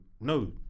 no